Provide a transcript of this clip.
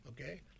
okay